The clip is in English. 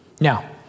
Now